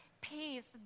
peace